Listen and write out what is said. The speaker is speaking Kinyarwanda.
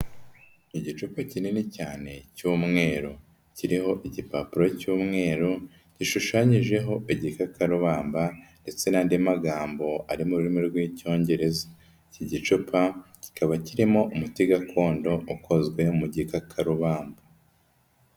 Igicupa kinini cyane cy'umweru. Kiriho igipapuro cy'umweru gishushanyijeho igikakarubamba, ndetse n'andi magambo ari mu rurimi rw'icyongereza. Iki gicupa kikaba kirimo umuti gakondo ukozwe mu gikakarubamba.